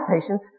patients